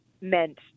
meant